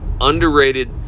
underrated